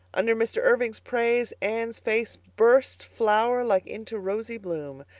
under mr. irving's praise anne's face burst flower like into rosy bloom,